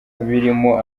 birimo